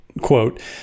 quote